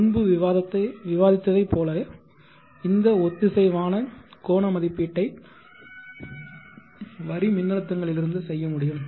முன்பு விவாதித்ததைப் போல இந்த ஒத்திசைவான கோண மதிப்பீட்டை வரி மின்னழுத்தங்களிலிருந்து செய்ய முடியும்